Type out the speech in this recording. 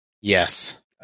Yes